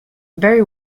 very